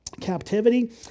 captivity